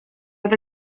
oedd